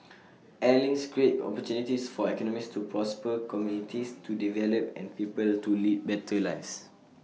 air links create opportunities for economies to prosper communities to develop and people to lead better lives